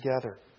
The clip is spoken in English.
together